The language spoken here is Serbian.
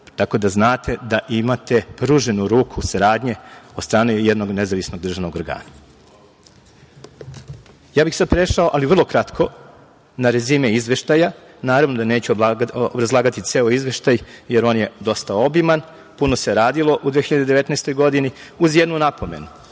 tako da znate da imate pruženu ruku saradnje od strane jednog nezavisnog državnog organa. Ja bih sad prešao, ali vrlo kratko, na rezime Izveštaja. Naravno da neću obrazlagati ceo Izveštaj, jer on je dosta obiman, puno se radilo u 2019. godini, uz jednu napomenu.